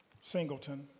Singleton